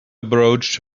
approached